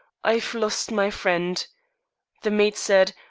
i've lost my friend the maid said,